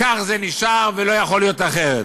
כך זה נשאר ולא יכול להיות אחרת.